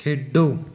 ਖੇਡੋ